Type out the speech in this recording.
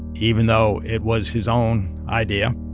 even though it was his own idea